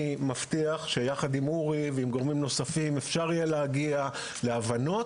אני מבטיח שיחד עם אורי וגורמים נוספים אפשר יהיה להגיע להבנות.